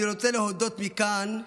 אני רוצה להודות מכאן,